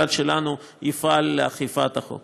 מובן שהמשרד שלנו יפעל לאכיפת החוק.